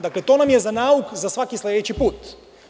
Dakle, to nam je za nauk za svaki sledeći put.